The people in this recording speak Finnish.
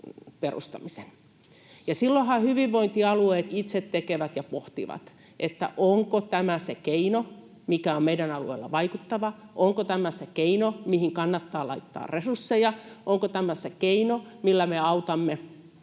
Silloinhan hyvinvointialueet itse tekevät ja pohtivat, onko tämä se keino, mikä on meidän alueellamme vaikuttava, onko tämä keino, mihin kannattaa laittaa resursseja, onko tämä keino, millä me autamme